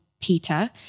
Peter